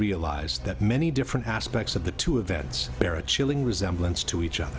realize that many different aspects of the two events bear a chilling resemblance to each other